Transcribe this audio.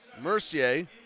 Mercier